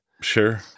Sure